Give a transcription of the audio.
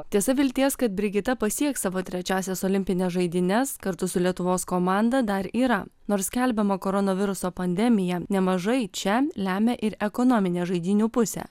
tiesa vilties kad brigita pasieks savo trečiąsias olimpines žaidynes kartu su lietuvos komanda dar yra nors skelbiama koronaviruso pandemija nemažai čia lemia ir ekonominė žaidynių pusė